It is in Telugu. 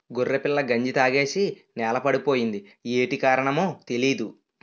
గొర్రెపిల్ల గంజి తాగేసి నేలపడిపోయింది యేటి కారణమో తెలీదు